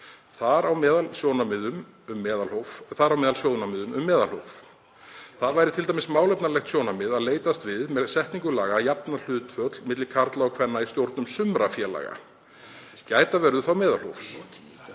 þar á meðal sjónarmiðum um meðalhóf. Það væri t.d. málefnalegt sjónarmið að leitast við með setningu laga að jafna hlutföll milli karla og kvenna í stjórnum sumra félaga. Gæta verður þó meðalhófs.